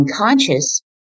Unconscious